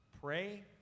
Pray